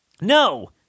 No